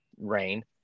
rain